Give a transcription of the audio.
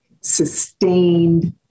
sustained